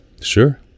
Sure